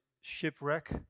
shipwreck